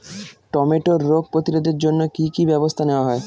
টমেটোর রোগ প্রতিরোধে জন্য কি কী ব্যবস্থা নেওয়া হয়?